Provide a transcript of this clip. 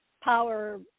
power